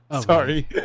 sorry